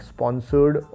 Sponsored